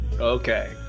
Okay